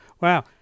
Wow